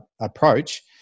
approach